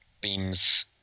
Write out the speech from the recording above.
beams